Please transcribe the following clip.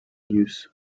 news